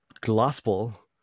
gospel